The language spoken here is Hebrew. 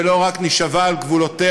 ולא רק נישבע על גבולותיה,